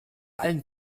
allen